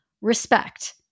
Respect